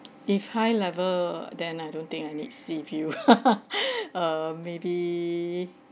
if high level then I don't think I need seaview uh maybe